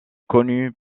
connue